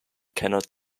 cannot